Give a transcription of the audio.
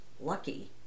lucky